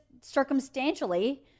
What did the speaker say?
circumstantially